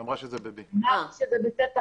היא אמרה שזה בשטח B. אמרתי שזה בשטח